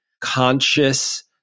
conscious